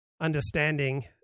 understanding